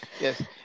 yes